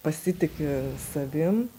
pasitiki savim